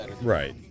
Right